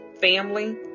family